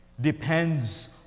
depends